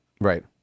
Right